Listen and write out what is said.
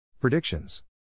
Predictions